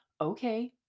Okay